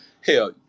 hell